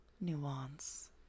nuance